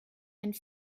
and